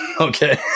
Okay